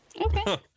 Okay